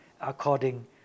according